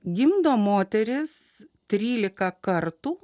gimdo moteris trylika kartų